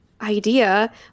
idea